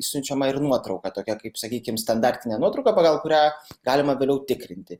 siunčiama ir nuotrauka tokia kaip sakykim standartinė nuotrauka pagal kurią galima vėliau tikrinti